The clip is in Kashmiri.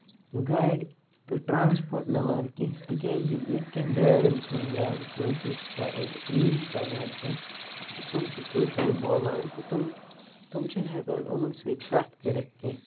گاڈِ تہٕ ٹرانَسپوٹ مِلان کیٚنہہ تِکیازِ ییٚتہِ کٮٮ۪ن ڈریورَن چھُ نہٕ زیادٕ کٲشُر اِنگلِش تَگان کیٚنہہ تٔمۍ چھِ کٲشرُے بولان تہٕ تٔمۍ چھِ نہٕ ہٮ۪کان یِمَن سۭتۍ کَتھ کٔرِ تھ کیٚنٛہہ